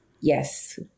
Yes